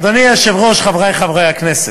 אדוני היושב-ראש, חברי חברי הכנסת,